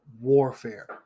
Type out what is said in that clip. warfare